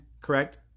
correct